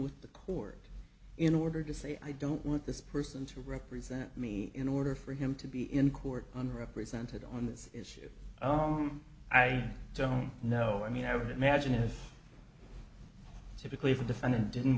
with the court in order to say i don't want this person to represent me in order for him to be in court on represented on this issue i don't know i mean i would imagine if typically if a defendant didn't